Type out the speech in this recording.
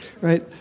right